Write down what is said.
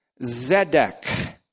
Zedek